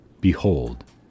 Behold